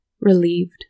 relieved